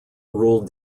ruled